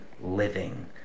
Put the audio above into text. living